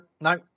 no